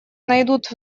найдут